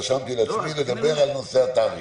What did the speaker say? רשמתי לעצמי לדבר על נושא התאריך.